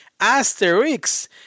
Asterix